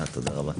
תודה רבה.